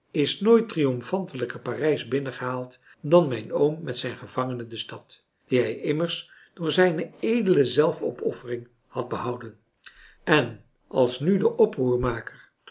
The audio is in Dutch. is nooit triomfantelijker parijs binnengehaald dan mijn oom met zijn gevangene de stad die hij immers door zijne edele zelfopoffering had behouden en als nu de oproermaker